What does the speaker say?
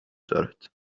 دارد